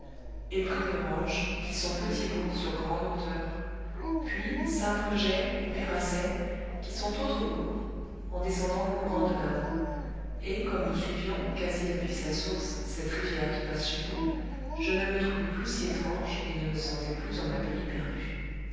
et préveranges qui sont petits bourgs sur grandes hauteurs puis saint prejet et pérassay qui sont autres bourgs en descendant le courant de l'indre et comme nous suivions quasi depuis sa source cette rivière qui passe chez nous je ne me trouvais plus si étrange et ne me sentais plus en un pays perdu